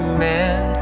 man